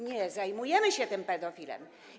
Nie, zajmujemy się tym pedofilem.